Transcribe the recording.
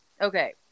okay